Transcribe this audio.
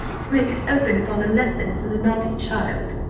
to make it open upon a lesson for the naughty child.